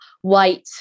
white